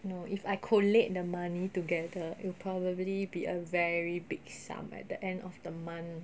no if I collate the money together it will probably be a very big sum at the end of the month